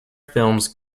films